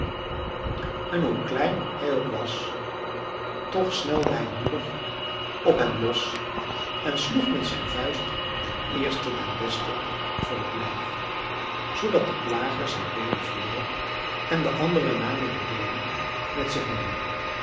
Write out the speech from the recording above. en hoe klein hij ook was toch snelde hij moedig op hen los en sloeg met zijn vuist den eerste den beste voor het lijf zoodat de plager zijn beenen verloor en de anderen namen de beenen met zich mee